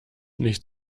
nicht